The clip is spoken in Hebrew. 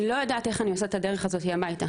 לא יודעת איך אני עושה את הדרך הזאת הביתה,